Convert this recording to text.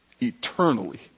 eternally